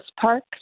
Park